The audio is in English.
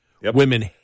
women